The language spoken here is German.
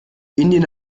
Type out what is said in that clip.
indien